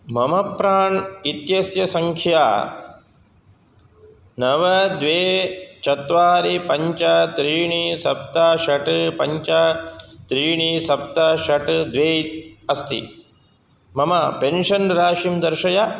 मम प्राण् इत्यस्य संख्या नव द्वे चत्वारि पञ्च त्रीणि सप्त षट् पञ्च त्रीणि सप्त षट् द्वे अस्ति मम पेन्शन् राशिं दर्शय